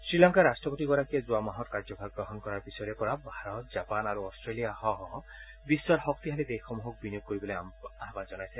শ্ৰীলংকাৰ ৰাট্টপতিগৰাকীয়ে যোৱা মাহত কাৰ্যভাৰ গ্ৰহণৰ পিছৰে পৰা ভাৰত জাপান আৰু অট্টেলিয়াসহ বিশ্বৰ শক্তিশালী দেশসমূহক বিনিয়োগ কৰিবলৈ আহান জনাইছে